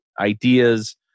ideas